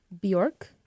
Bjork